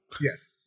Yes